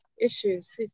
issues